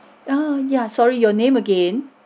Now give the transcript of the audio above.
oh yeah sorry your name again